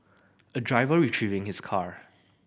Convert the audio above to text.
a driver retrieving his car